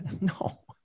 No